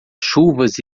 chuvas